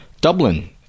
Dublin